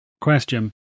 question